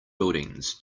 buildings